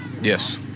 yes